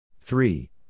Three